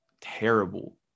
terrible